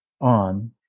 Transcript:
on